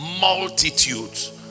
Multitudes